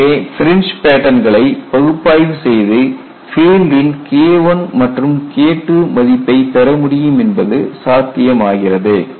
எனவே ஃபிரிஞ்ச் பேட்டன்களை பகுப்பாய்வு செய்து ஃபீல்டின் KI மற்றும் KII மதிப்பை பெறமுடியும் என்பது சாத்தியமாகிறது